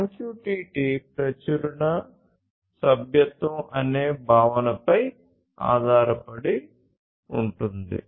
MQTT ప్రచురణ సభ్యత్వం అనే భావనపై ఆధారపడి ఉంటుంది